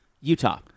Utah